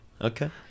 Okay